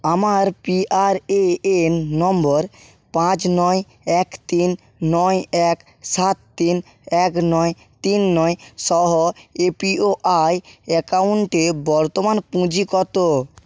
আমার P R A N নম্বর পাঁচ নয় এক তিন নয় এক সাত তিন এক নয় তিন নয় সহ এ পি ওআই অ্যাকাউন্টে বর্তমান পুঁজি কত